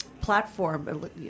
platform